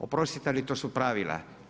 Oprostite ali to su pravila.